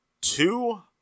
two